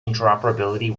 interoperability